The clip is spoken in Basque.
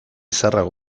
zaharrago